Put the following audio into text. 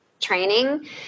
training